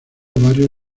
varios